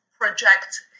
project